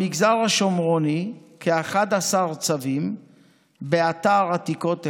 במגזר השומרוני, כ-11 צווים באתר עתיקות אחד,